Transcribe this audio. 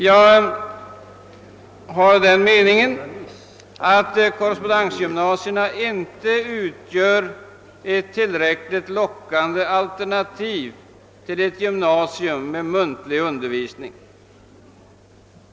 Jag har den uppfattningen, att korrespondensgymnasierna inte utgör ett tillräckligt lockande alternativ till ett gymnasium med muntlig undervisning.